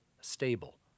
stable